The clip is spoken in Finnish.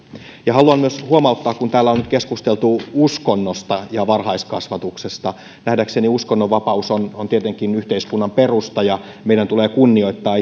ja haluan myös huomauttaa kun täällä on nyt keskusteltu uskonnosta ja varhaiskasvatuksesta että nähdäkseni uskonnonvapaus on on tietenkin yhteiskunnan perusta ja meidän tulee kunnioittaa